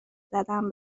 زدم